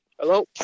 hello